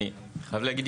אני חייב להגיד,